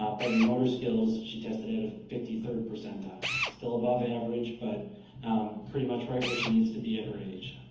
um but in motor skills she tested at a fifty third percentile, still above average, but pretty much right where she needs to be at her age.